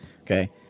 Okay